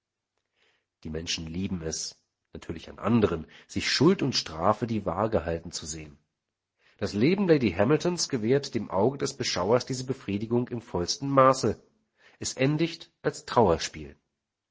die menschen lieben es natürlich an andern sich schuld und strafe die waage halten zu sehen das leben lady hamiltons gewährt dem auge des beschauers diese befriedigung im vollsten maße es endigt als trauerspiel